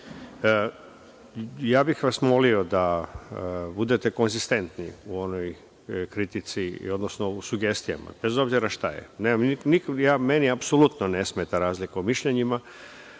bih vas molio da budete konzistentni u onoj kritici, odnosno u sugestijama, bez obzira šta je. Meni apsolutno ne smeta razlika u mišljenjima,